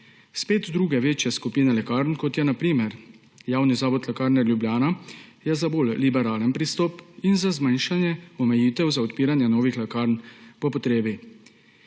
Spet druge, večje skupine lekarn, kot je na primer javni zavod Lekarne Ljubljana, je za bolj liberalen pristop in za zmanjšanje omejitev za odpiranje novih lekarn po potrebi.